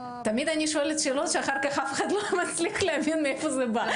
תמיד אני שואלת שאלות שאחר כך אף אחד לא מצליח להבין מאיפה זה בא.